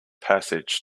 passage